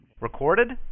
Recorded